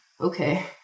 okay